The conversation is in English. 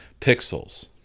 Pixels